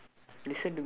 if not right